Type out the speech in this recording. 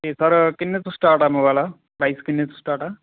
ਅਤੇ ਸਰ ਕਿੰਨੇ ਤੋਂ ਸਟਾਰਟ ਆ ਮੋਬਾਇਲ ਲਾਈਫ ਕਿੰਨੇ ਤੋਂ ਸਟਾਰਟ ਆ